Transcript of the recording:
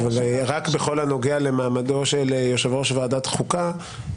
בכל הנוגע למעמדו של יושב ראש ועדת החוקה,